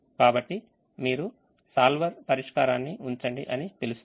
కాబట్టి మీరు solver పరిష్కారాన్ని ఉంచండి అని పిలుస్తారు